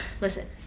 Listen